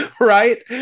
Right